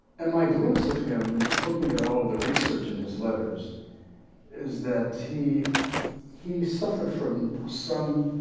and my glimpse of him, looking at all of the research in his letters is that he he suffered from some